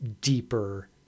deeper